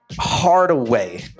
Hardaway